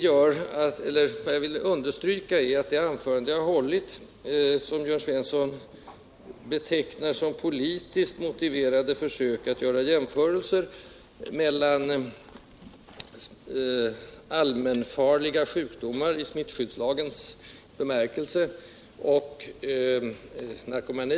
Jörn Svensson betecknar det anförande som jag hållit som politiskt motiverade försök att göra jämförelser mellan allmänfarliga sjukdomar i smittskyddslagens bemärkelse och narkomani.